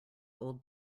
old